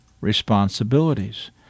responsibilities